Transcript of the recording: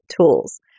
tools